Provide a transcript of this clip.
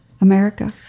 America